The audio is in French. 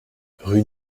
rue